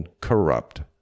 corrupt